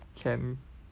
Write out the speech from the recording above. can